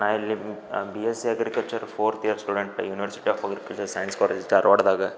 ನಾ ಇಲ್ಲಿ B S C agriculture fourth year student university of political science college ಧಾರವಾಡದಾಗ